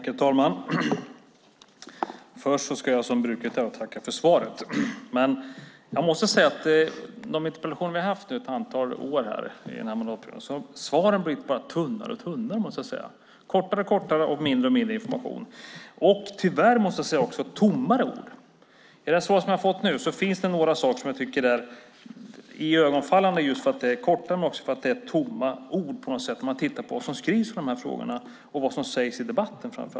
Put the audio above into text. Herr talman! Först ska jag som bruket är tacka för svaret. De interpellationssvar vi har fått ett antal år under den här mandatperioden har blivit allt tunnare, allt kortare och med allt mindre information. Tyvärr är det också tommare ord. I det svar som jag fått nu finns det några saker som jag tycker är iögonfallande. Det är inte bara för att svaret är kortare utan också för att det är tomma ord. Det är det också om man ser på vad som skrivs i de här frågorna och framför allt sägs i debatterna.